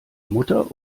mutter